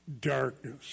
darkness